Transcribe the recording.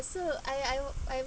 so I I were I